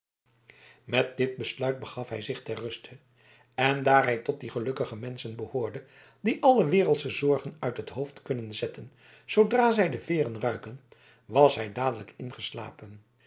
met dit besluit begaf hij zich ter ruste en daar hij tot die gelukkige menschen behoorde die alle wereldsche zorgen uit het hoofd kunnen zetten zoodra zij de veeren ruiken was hij dadelijk ingeslapen